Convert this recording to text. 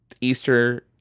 Easter